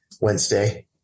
Wednesday